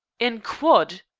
in quod.